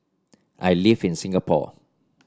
I live in Singapore